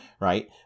right